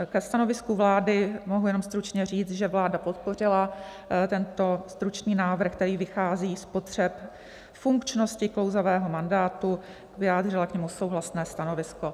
Ke stanovisku vlády mohu jenom stručně říct, že vláda podpořila tento stručný návrh, který vychází z potřeb funkčnosti klouzavého mandátu, vyjádřila k němu souhlasné stanovisko.